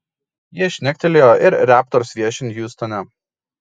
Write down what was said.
jie šnektelėjo ir raptors viešint hjustone